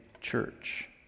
church